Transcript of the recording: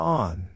on